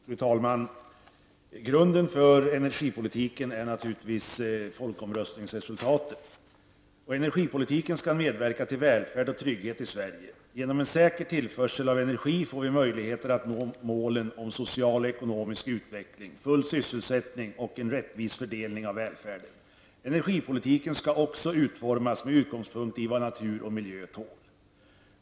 Fru talman! Grunden för energipolitiken är naturligtvis folkomröstningsresultatet. Energipolitiken skall medverka till välfärd och trygghet i Sverige. Genom en säker tillförsel av energi får vi möjligheter att nå målen om social och ekonomisk utveckling, full sysselsättning och en rättvis fördelning av välfärden. Energipolitiken skall också utformas med utgångspunkt i vad natur och miljö tål.